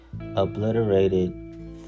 obliterated